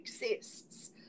exists